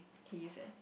he is eh